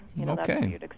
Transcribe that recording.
Okay